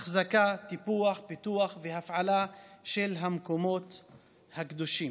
אחזקה, טיפוח, פיתוח והפעלה של המקומות הקדושים.